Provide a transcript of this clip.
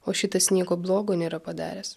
o šitas nieko blogo nėra padaręs